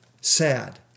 Sad